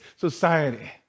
society